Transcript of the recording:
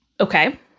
okay